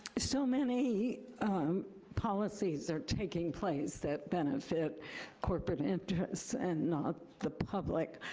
so many um policies are taking place that benefit corporate interests and not the public.